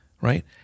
right